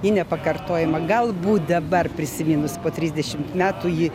ji nepakartojama galbūt dabar prisiminus po trisdešimt metų ji